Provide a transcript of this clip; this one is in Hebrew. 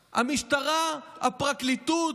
המשטרה, הפרקליטות,